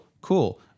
Cool